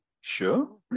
sure